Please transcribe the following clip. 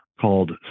called